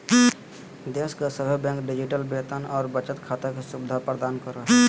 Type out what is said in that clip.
देश के सभे बैंक डिजिटल वेतन और बचत खाता के सुविधा प्रदान करो हय